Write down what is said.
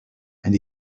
and